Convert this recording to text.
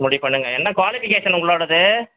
முடிவு பண்ணுங்கள் என்ன குவாலிஃபிகேஷன் உங்களோடது